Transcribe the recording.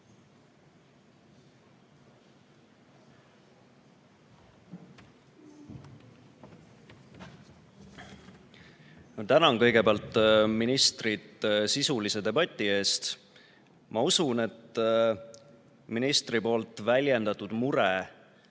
Tänan kõigepealt ministrit sisulise debati eest! Ma usun, et ministri väljendatud mure